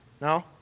no